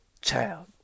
child